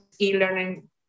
e-learning